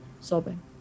sobbing